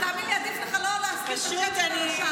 תאמין לי, עדיף לך לא להזכיר את השם שלה לשווא.